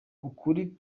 ukuri